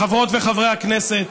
חברות וחברי הכנסת,